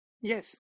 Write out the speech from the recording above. Yes